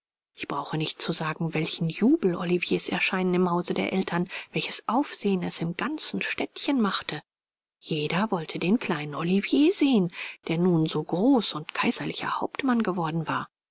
ich brauche nicht zu sagen welchen jubel oliviers erscheinen im hause der eltern welches aufsehen es im ganzen städtchen machte jeder wollte den kleinen olivier sehen der nun so groß und kaiserlicher hauptmann geworden war